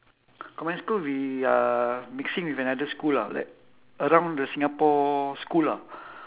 combined school we are mixing with another school ah like around the singapore school ah